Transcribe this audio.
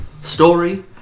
story